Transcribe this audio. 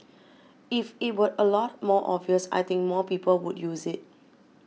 if it were a lot more obvious I think more people would use it